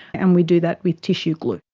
and we do that with tissue glue.